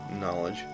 knowledge